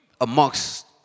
amongst